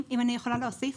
אם אני יכולה להוסיף,